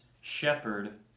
shepherd